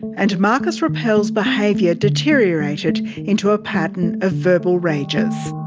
and marcus rappel's behaviour deteriorated into a pattern of verbal rages.